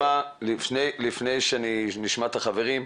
-- לפני שנשמע את החברים,